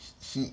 h~ he